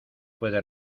puede